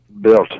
built